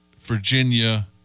Virginia